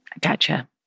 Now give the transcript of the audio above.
gotcha